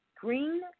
Green